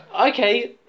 Okay